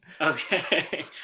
Okay